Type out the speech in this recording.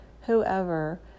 whoever